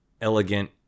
elegant